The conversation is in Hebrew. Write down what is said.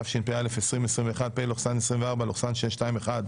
התשפ"א-2021 (פ/621/249,